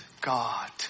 God